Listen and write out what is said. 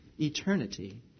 eternity